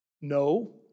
No